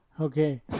Okay